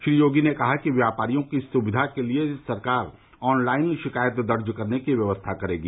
श्री योगी ने कहा कि व्यापारियों की सुविधा के लिए सरकार ऑन लाइन शिकायत दर्ज करने की व्यवस्था करेगी